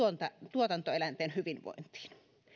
tuotantoeläinten hyvinvointiin